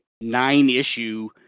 nine-issue